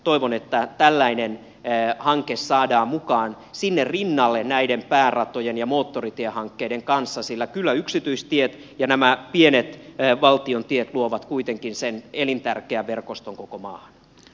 toivon että tällainen hanke saadaan mukaan sinne rinnalle näiden pääratojen ja moottoritiehankkeiden kanssa sillä kyllä yksityistiet ja nämä pienet valtion tiet luovat kuitenkin sen elintärkeän verkoston koko maahan